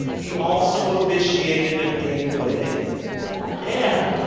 he also officiated a gay wedding yeah.